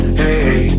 hey